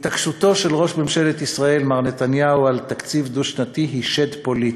התעקשותו של ראש ממשלת ישראל מר נתניהו על תקציב דו-שנתי היא שד פוליטי.